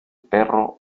perro